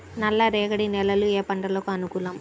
నల్లరేగడి నేలలు ఏ పంటలకు అనుకూలం?